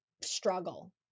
struggle